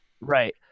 Right